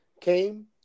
Came